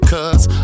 Cause